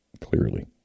Clearly